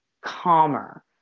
calmer